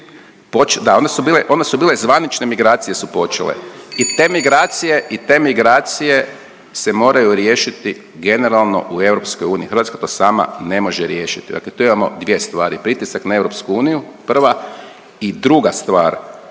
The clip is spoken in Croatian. bile, one su bile zvanične migracije su počele i te migracije i te migracije se moraju riješiti generalno u EU. Hrvatska to sama ne može riješiti. Dakle, tu imamo dvije stvari, pritisak na EU prva i druga stvar